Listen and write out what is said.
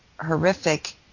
horrific